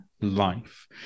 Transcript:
life